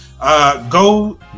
Go